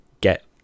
get